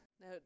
Now